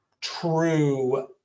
true